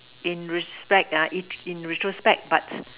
in respect if in retrospect but